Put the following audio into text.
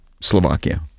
Slovakia